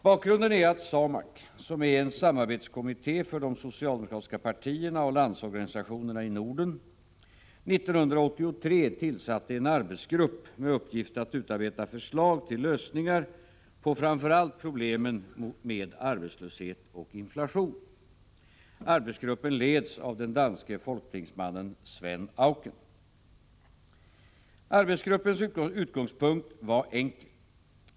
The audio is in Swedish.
Bakgrunden är att SAMAK — som är en samarbetskommitté för de socialdemokratiska partierna och landsorganisationerna i Norden — 1983 tillsatte en arbetsgrupp med uppgift att utarbeta förslag till lösningar på framför allt problemen med arbetslöshet och inflation. Arbetsgruppen leds av den danske folketingsmannen Svend Auken. Arbetsgruppens utgångspunkt var enkel.